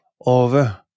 over